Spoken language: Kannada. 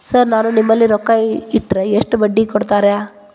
ಸರ್ ನಾನು ನಿಮ್ಮಲ್ಲಿ ರೊಕ್ಕ ಇಟ್ಟರ ಎಷ್ಟು ಬಡ್ಡಿ ಕೊಡುತೇರಾ?